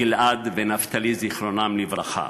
גיל-עד ונפתלי, זיכרונם לברכה.